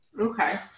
Okay